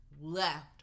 left